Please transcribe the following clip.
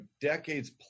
decades